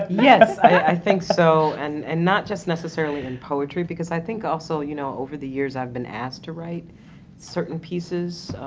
yes. i i think so, and and not just necessarily in poetry because i think also, you know, over the years i've been asked to write certain pieces,